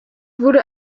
wurde